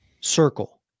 circle